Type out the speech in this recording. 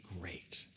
great